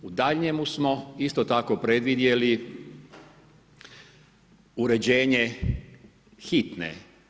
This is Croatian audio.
U daljnjemu smo isto tako predvidjeli uređenje hitne.